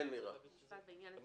משפט בעניין הזה